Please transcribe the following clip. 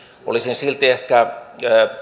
olisin silti ehkä